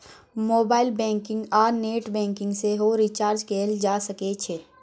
mobile banking आ net banking सँ सेहो रिचार्ज कएल जा सकै छै